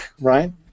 right